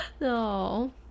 No